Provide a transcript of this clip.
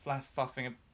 fluffing